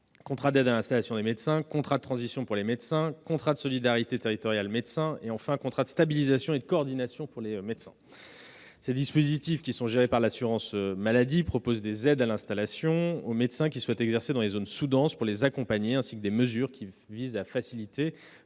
contrat d'aide à l'installation des médecins, un contrat de transition pour les médecins, un contrat de solidarité territoriale médecin et, enfin, un contrat de stabilisation et de coordination pour les médecins. Ces dispositifs, gérés par l'assurance maladie, proposent des aides à l'installation aux médecins souhaitant exercer dans les zones sous-denses, ainsi que des mesures visant à faciliter